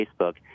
Facebook